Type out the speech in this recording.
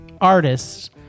artists